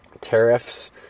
tariffs